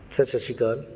sir ਸਤਿ ਸ਼੍ਰੀ ਅਕਾਲ